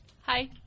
Hi